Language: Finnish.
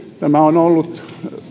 tämä on ollut